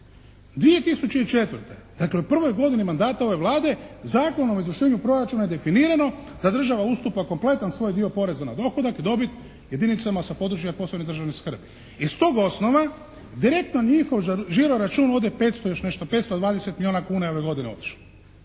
2004., dakle u prvoj godini mandata ove Vlade Zakonom o izvršenju proračuna je definirano da država ustupa kompletan svoj dio poreza na dohodak i dobit jedinicama sa područja posebne državne skrbi. Iz tog osnova direktno njihov žiro račun ode 500 i još nešto, 520 milijuna kuna je ove godine otišlo.